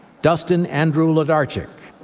dustin andrew wlodarczyk.